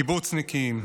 קיבוצניקים,